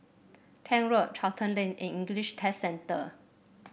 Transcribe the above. Tank Road Charlton Lane and English Test Centre